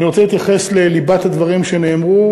אני רוצה להתייחס לליבת הדברים שנאמרו,